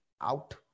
out